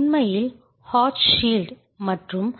உண்மையில் Hochschild மற்றும்